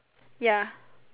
ya